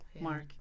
mark